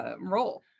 role